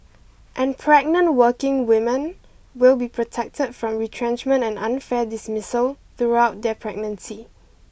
and pregnant working women will be protected from retrenchment and unfair dismissal throughout their pregnancy